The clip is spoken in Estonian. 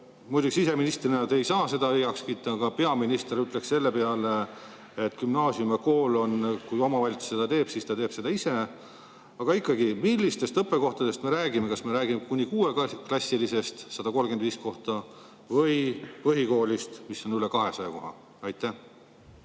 Muidugi siseministrina te ei saa seda heaks kiita, aga peaminister ütleks gümnaasiumi ja kooli puhul, et kui omavalitsus seda teeb, siis ta teeb seda ise. Aga ikkagi, millistest õppekohtadest me räägime? Kas me räägime kuueklassilisest, 135 kohta, või põhikoolist, mis on üle 200 koha? Aitäh!